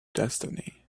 destiny